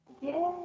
Yay